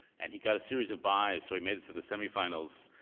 and he got a series of byes, so he made it to the semi-finals,